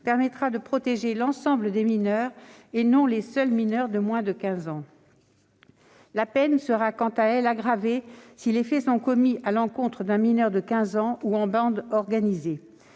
permettra de protéger l'ensemble des mineurs et non les seuls mineurs de 15 ans. La peine sera quant à elle aggravée si les faits sont commis à l'encontre d'un mineur de 15 ans ou en bande organisée.